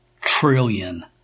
trillion